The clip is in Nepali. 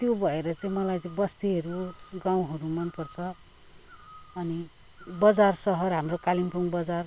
त्यो भएर चाहिँ मलाई चाहिँ बस्तीहरू गाउँहरू मन पर्छ अनि बजार सहर हाम्रो कालिम्पोङ बजार